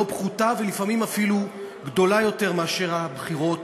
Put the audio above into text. פחותה ולפעמים אפילו גדולה מאשר הבחירות